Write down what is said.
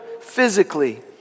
physically